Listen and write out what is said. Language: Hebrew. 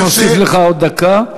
אני מוסיף לך עוד דקה.